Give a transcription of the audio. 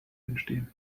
entstehen